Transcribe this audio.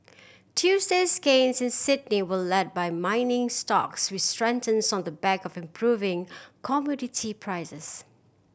Tuesday's gains in Sydney were led by mining stocks which strengthens on the back of improving commodity prices